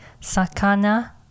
Sakana